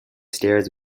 stairs